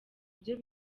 vyo